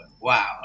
wow